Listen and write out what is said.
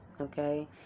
okay